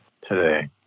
today